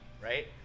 right